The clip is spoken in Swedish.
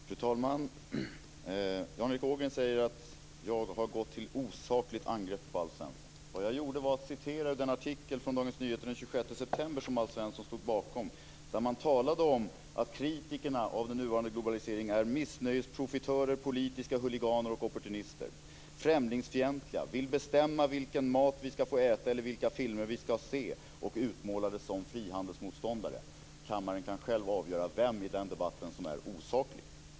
Fru talman! Jan Erik Ågren säger att jag har gått till osakligt angrepp på Alf Svensson. Men vad jag gjorde var att jag citerade ur den artikel i Dagens Nyheter den 26 september som Alf Svensson står bakom och där det talas om att kritikerna av den nuvarande globaliseringen är missnöjesprofitörer, politiska huliganer och opportunister och främlingsfientliga och att de vill bestämma vilken mat vi ska få äta eller vilka filmer vi ska se. Dessutom utmålas de som frihandelsmotståndare. Kammaren kan själv avgöra vem i den debatten som är osaklig.